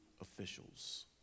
officials